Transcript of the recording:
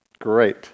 Great